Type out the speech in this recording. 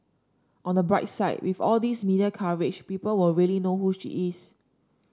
on the bright side with all these media coverage people will really know who she is